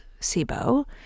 SIBO